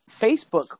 Facebook